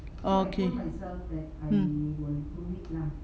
okay mm